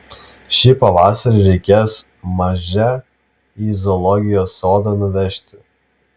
šį pavasarį reikės mažę į zoologijos sodą nuvežti